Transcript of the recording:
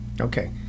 Okay